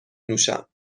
نوشم